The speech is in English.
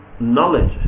knowledge